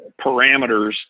parameters